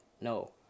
no